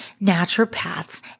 naturopaths